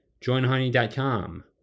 JoinHoney.com